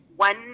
one